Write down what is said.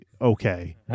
okay